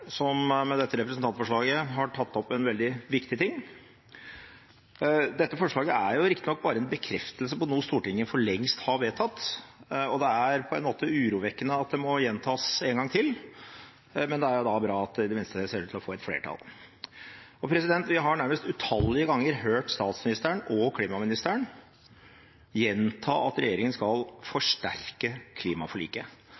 som med dette representantforslaget har tatt opp en veldig viktig ting. Dette forslaget er riktignok bare en bekreftelse på noe Stortinget for lengst har vedtatt, og det er på en måte urovekkende at det må gjentas en gang til, men det er bra at det i det minste ser ut til å få flertall. Vi har nærmest utallige ganger hørt statsministeren og klimaministeren gjenta at regjeringen skal forsterke klimaforliket.